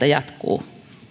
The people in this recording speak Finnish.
jatkuu